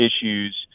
issues